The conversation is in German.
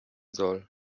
soll